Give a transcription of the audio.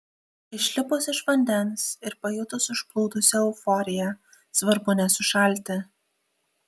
išlipus iš vandens ir pajutus užplūdusią euforiją svarbu nesušalti